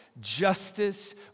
justice